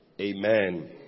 Amen